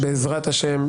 בעזרת השם,